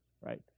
right